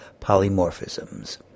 polymorphisms